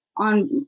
on